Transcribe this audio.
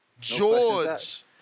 George